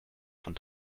von